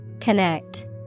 Connect